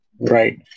Right